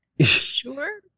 Sure